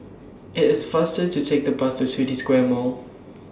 IT IS faster to Take The Bus to City Square Mall